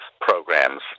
programs